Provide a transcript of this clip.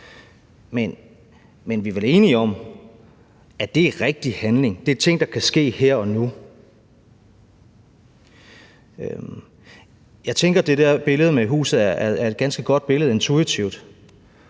Men vi er vel enige om, at det er rigtig handling, at det er ting, der kan ske her og nu. Jeg tænker, at det der billede med huset er et ganske godt billede intuitivt,